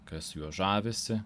kas juo žavisi